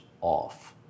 off